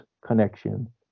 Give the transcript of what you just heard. connection